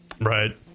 Right